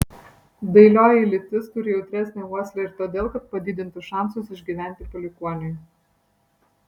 dailioji lytis turi jautresnę uoslę ir todėl kad padidintų šansus išgyventi palikuoniui